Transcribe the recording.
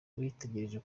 uyitegereje